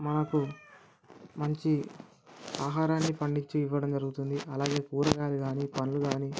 మనకు మంచి ఆహారాన్ని పండించి ఇవ్వడం జరుగుతుంది అలాగే కూరగాయలు గానీ పండ్లు గానీ